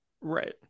Right